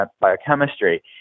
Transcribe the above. biochemistry